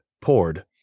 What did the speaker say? poured